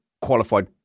qualified